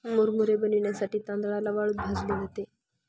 मुरमुरे बनविण्यासाठी तांदळाला वाळूत भाजले जाते